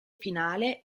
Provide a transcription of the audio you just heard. finale